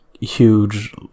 huge